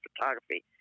photography